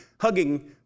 hugging